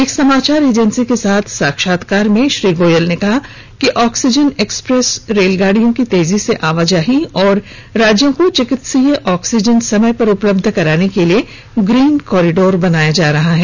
एक समाचार एजेंसी के साथ साक्षात्कार में श्री गोयल ने कहा कि ऑक्सीजन एक्सप्रेस रेलगाड़ियों की तेजी से आवाजाही और राज्यों को चिकित्सिकीय ऑक्सीजन समय पर उपलब्ध कराने के लिए ग्रीन कॉरिडोर बनाया जा रहा है